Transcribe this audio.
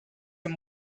him